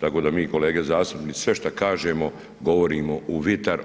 tako da mi kolege zastupnici sve što kažemo govorimo u vjetar.